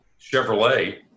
Chevrolet